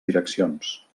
direccions